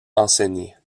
enseigner